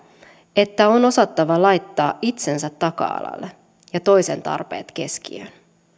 että on osattava laittaa itsensä taka alalle ja toisen tarpeet keskiöön